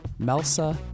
MELSA